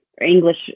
English